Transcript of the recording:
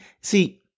see